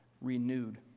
renewed